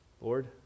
Lord